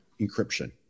encryption